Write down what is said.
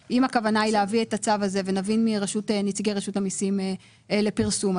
אם הכוונה היא להביא את הצו הזה - ונבין מנציגי רשות המיסים לפרסום,